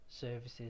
services